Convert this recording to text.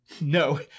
no